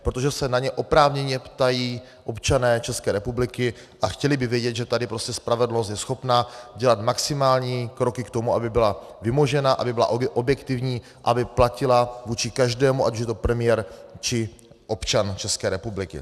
Protože se na ně oprávněně ptají občané České republiky a chtěli by vědět, že tady je spravedlnost prostě schopna dělat maximální kroky k tomu, aby byla vymožena, aby byla objektivní, aby platila vůči každému, ať už je to premiér, či občan České republiky.